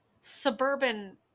suburban